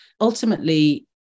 ultimately